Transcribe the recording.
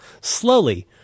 slowly